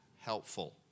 helpful